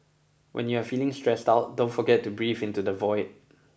when you are feeling stressed out don't forget to breathe into the void